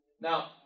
Now